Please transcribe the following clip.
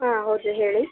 ಹಾಂ ಹೌದು ಹೇಳಿ